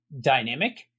dynamic